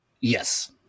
Yes